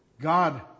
God